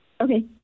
Okay